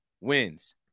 wins